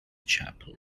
chapel